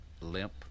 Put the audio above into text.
limp